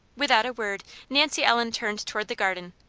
without a word nancy ellen turned toward the garden.